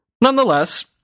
Nonetheless